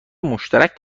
مشترک